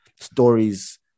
Stories